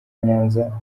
nyanza